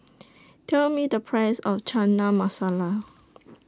Tell Me The Price of Chana Masala